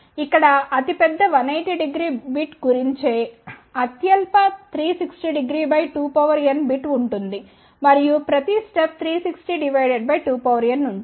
ఇక్కడ అతిపెద్ద 1800 బిట్ గురించేఅత్యల్ప 36002n బిట్ ఉంటుంది మరియు ప్రతి స్టెప్ 3602nఉంటుంది